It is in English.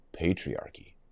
patriarchy